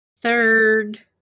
third